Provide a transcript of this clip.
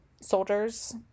soldiers